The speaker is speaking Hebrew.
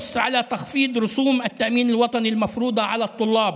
קובעת כי יש להפחית את דמי הביטוח הלאומי המושתים על הסטודנטים